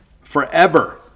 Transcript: Forever